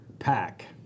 pack